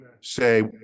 say